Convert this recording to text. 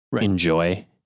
enjoy